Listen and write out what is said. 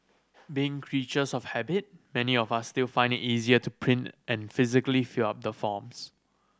being creatures of habit many of us still find it easier to print and physically fill out the forms